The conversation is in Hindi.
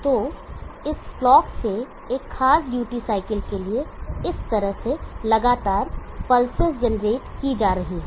तो इस क्लॉक से एक खास ड्यूटी साइकिल के लिए इस तरह से लगातार पल्सेस जनरेट की जा रही है